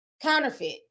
counterfeit